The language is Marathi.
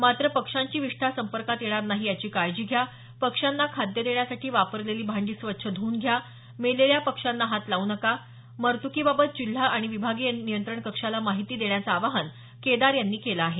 मात्र पक्षांची विष्ठा संपर्कात येणार नाही याची काळजी घ्या पक्ष्यांना खाद्य देण्यासाठी वापरलेली भांडी स्वच्छ धुऊन घ्या मेलेल्या पक्ष्यांना हात लावू नका मरत्कीबाबत जिल्हा आणि विभागीय नियंत्रण कक्षाला माहिती देण्याचं आवाहन केदार यांनी केलं आहे